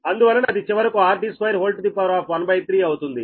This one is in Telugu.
అందువలన అది చివరకు 13 అవుతుంది